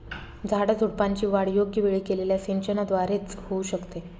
झाडाझुडपांची वाढ योग्य वेळी केलेल्या सिंचनाद्वारे च होऊ शकते